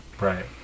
Right